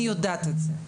אני יודעת את זה.